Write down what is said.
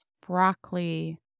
broccoli